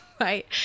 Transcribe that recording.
right